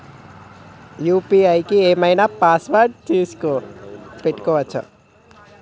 UPI కి ఏం ఐనా పాస్వర్డ్ పెట్టుకోవచ్చా?